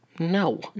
No